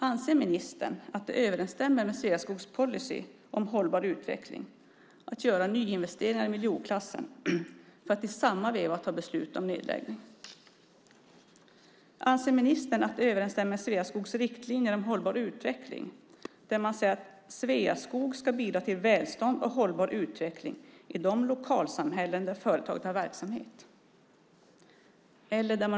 Anser ministern att det överensstämmer med Sveaskogs policy om hållbar utveckling att göra nyinvesteringar i miljonklassen för att i samma veva besluta om nedläggning? Anser ministern att detta överensstämmer med Sveaskogs riktlinjer om hållbar utveckling, där man säger att Sveaskog ska bidra till välstånd och hållbar utveckling i de lokalsamhällen där företaget har verksamhet?